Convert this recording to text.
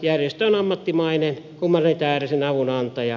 järjestö on ammattimainen humanitäärisen avun antaja